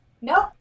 Nope